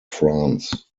france